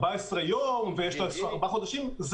14 ימים וארבעה חודשים.